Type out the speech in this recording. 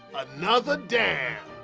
another down.